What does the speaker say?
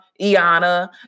Iana